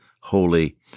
holy